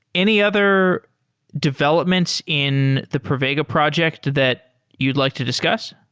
any other developments in the pravega project that you'd like to discuss?